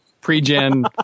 pre-gen